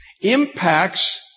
impacts